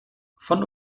von